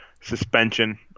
suspension